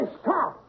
stop